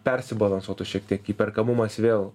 persibalansuotų šiek tiek įperkamumas vėl